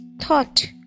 thought